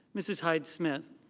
mrs. hyde smith.